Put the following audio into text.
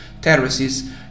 terraces